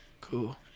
Cool